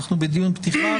אנו בדיון פתיחה.